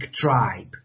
tribe